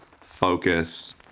focus